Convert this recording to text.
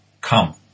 come